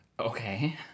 Okay